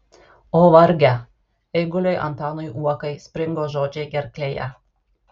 o varge eiguliui antanui uokai springo žodžiai gerklėje